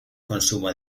consumo